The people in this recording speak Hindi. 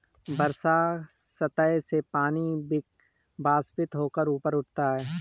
वर्षा सतह से पानी वाष्पित होकर ऊपर उठता है